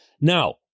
Now